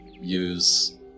use